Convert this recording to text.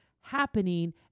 happening